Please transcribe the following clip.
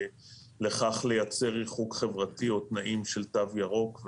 לכך לייצר ריחוק חברתי או תנאים של תו ירוק.